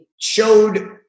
showed